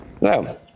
No